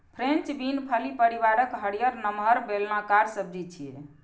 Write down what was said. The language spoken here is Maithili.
फ्रेंच बीन फली परिवारक हरियर, नमहर, बेलनाकार सब्जी छियै